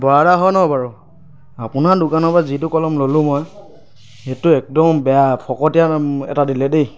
বৰা দা হয় নহয় বাৰু আপোনাৰ দোকানৰপৰা যিটো কলম ল'লো মই সেইটো একদম বেয়া ফকটিয়া এটা দিলে দেই